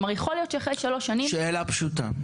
יכול להיות שאחרי שלוש שנים --- שאלה פשוטה.